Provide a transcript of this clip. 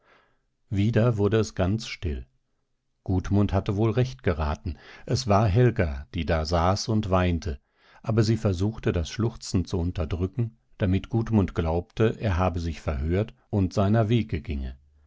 wieder wurde es ganz still gudmund hatte wohl recht geraten es war helga die da saß und weinte aber sie versuchte das schluchzen zu unterdrücken damit gudmund glaubte er habe sich verhört und seiner wege ginge